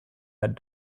that